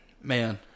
man